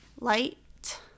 light